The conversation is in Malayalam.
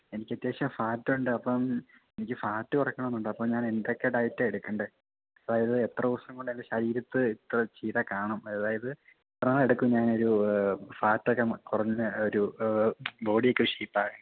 എനിക്ക് അത്യാവശ്യം ഫാറ്റൊണ്ട് അപ്പം എനിക്ക് ഫാറ്റ് കുറക്കണമെന്നുണ്ട് അപ്പം ഞാൻ എന്തൊക്കെ ഡയറ്റാ എടുക്കേണ്ടത് അതായത് എത്ര ദിവസം കൊണ്ട് എന്റെ ശരീരത്ത് എത്ര ചെയ്താൽ കാണും അതായത് എത്ര എണ്ണം എടുക്കും ഞാൻ ഒരു ഫാറ്റക്കെ കുറഞ്ഞ് ഒരു ബോഡീക്കെ ഷേയ്പ്പാവാൻ